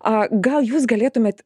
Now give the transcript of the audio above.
o gal jūs galėtumėt